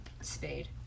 spade